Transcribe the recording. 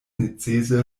necese